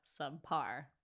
subpar